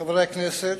חברי כנסת,